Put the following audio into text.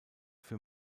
für